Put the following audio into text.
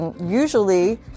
usually